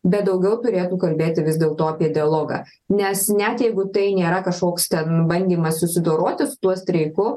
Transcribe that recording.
bet daugiau turėtų kalbėti vis dėlto apie dialogą nes net jeigu tai nėra kažkoks ten bandymas susidoroti su tuo streiku